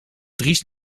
dries